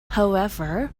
however